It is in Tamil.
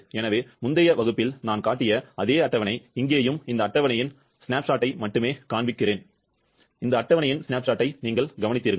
எனவே முந்தைய வகுப்பில் நான் காட்டிய அதே அட்டவணை இங்கேயும் இந்த அட்டவணையின் ஸ்னாப்ஷாட்டை மட்டுமே காண்பிக்கிறேன்